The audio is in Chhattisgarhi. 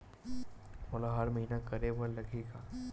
मोला हर महीना करे बर लगही का?